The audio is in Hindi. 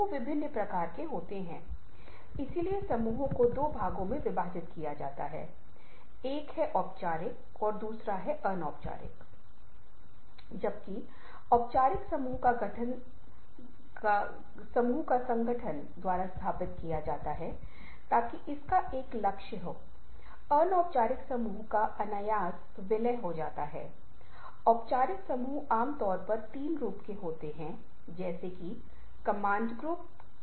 बाद में निश्चित रूप से संगीत घटक तब जोड़ा जाएगा जब हमारे पास मौखिक आयाम पर एक व्याख्यान होगा जो प्रस्तुतियों के साथ एकीकृत किया जा सकता है जहां प्रासंगिक है लेकिन सामान्य ध्वनि या संगीत जब तक कि बिल्कुल आवश्यक नहीं है प्रस्तुतियों में नहीं डालना चाहिए क्योंकि वे हमें विचलित करते हैं